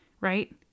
right